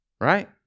right